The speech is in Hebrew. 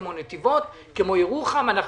כמו נתיבות, כמו ירוחם.